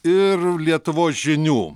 ir lietuvos žinių